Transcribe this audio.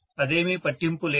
అదేమి పట్టింపు లేదు